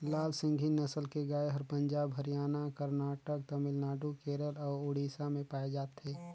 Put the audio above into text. लाल सिंघी नसल के गाय हर पंजाब, हरियाणा, करनाटक, तमिलनाडु, केरल अउ उड़ीसा में पाए जाथे